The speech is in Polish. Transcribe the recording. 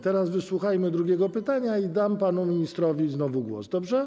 Teraz wysłuchajmy drugiego pytania i oddam panu ministrowi znowu głos, dobrze?